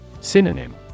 Synonym